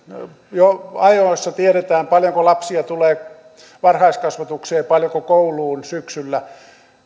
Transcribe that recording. jo ajoissa tiedetään paljonko lapsia tulee varhaiskasvatukseen paljonko kouluun syksyllä